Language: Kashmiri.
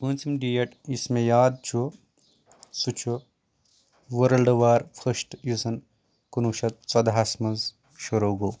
پونٛژِم ڈیٹ یُس مےٚ یاد چھُ سُہ چھُ ؤرلڈٕ وار فشٹ یُس زن کُنوُہ شیٚتھ ژۄدہس منٛز شروٗع گوٚو